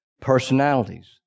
personalities